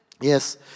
Yes